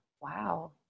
Wow